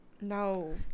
no